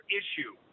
issue